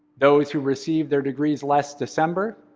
those who received their degrees last december,